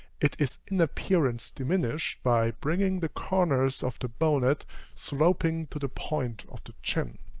it is in appearance diminished, by bringing the corners of the bonnet sloping to the point of the chin.